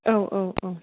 औ औ औ